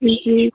जी